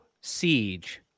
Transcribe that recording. siege